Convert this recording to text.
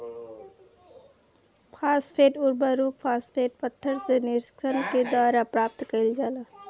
phosphate उर्वरक, phosphate पत्थर से निष्कर्षण के द्वारा प्राप्त कईल जाला